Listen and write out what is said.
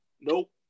Nope